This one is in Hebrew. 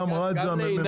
אמרה את זה הנציגה מהממ"מ.